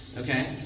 Okay